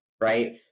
right